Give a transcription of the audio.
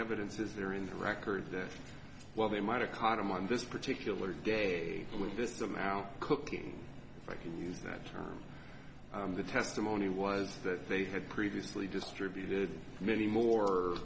evidence is there in the record that while they might have caught him on this particular day with this the mouth cooking if i could use that term the testimony was that they had previously distributed many more